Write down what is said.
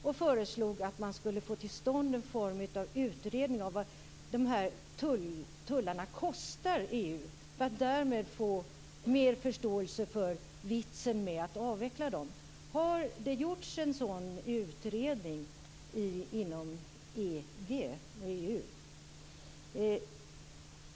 Jag föreslog att man skulle få till stånd någon form av utredning av vad tullarna kostar EU för att därmed få mer förståelse för vitsen med att avveckla dem. Har det gjorts någon sådan utredning inom EG och EU?